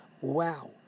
Wow